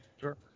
Sure